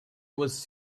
was